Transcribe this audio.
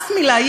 אף מילה,